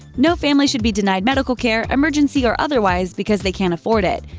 no family should be denied medical care, emergency or otherwise, because they can't afford it.